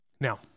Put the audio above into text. Now